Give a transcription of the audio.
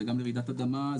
זה גם לרעידת אדמה,